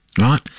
right